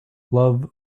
love